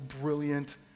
brilliant